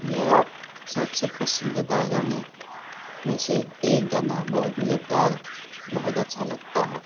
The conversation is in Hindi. मेरा सबसे पसंदीदा गाने में से एक गाना बहुत मुझे प्यार है बहुत मुझे अच्छा लगता है